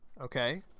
Okay